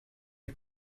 est